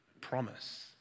promise